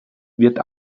wird